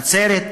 נצרת,